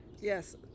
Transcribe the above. yes